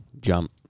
jump